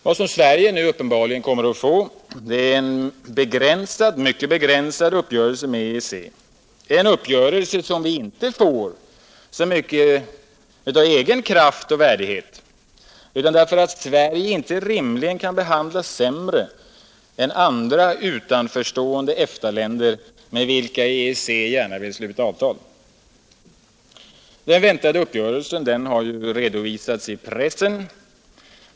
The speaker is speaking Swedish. Vad Sverige nu uppenbarligen kommer att få är en mycket begränsad uppgörelse med EEC — en uppgörelse som vi inte får så mycket av egen kraft och värdighet utan därför att Sverige inte rimligen kan behandlas sämre än andra utanförstående EFTA-länder med vilka EEC gärna vill sluta avtal. Den väntade uppgörelsen har redovisats i pressen.